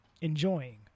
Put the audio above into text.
enjoying